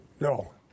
No